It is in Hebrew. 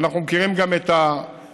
ואנחנו מכירים גם את הוויכוחים.